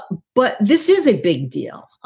but this is a big deal.